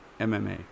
MMA